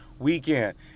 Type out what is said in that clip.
Weekend